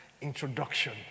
introduction